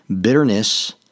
bitterness